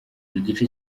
igice